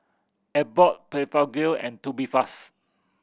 Abbott Blephagel and Tubifast